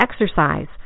exercise